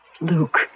Luke